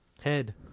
Head